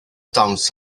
dawns